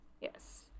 Yes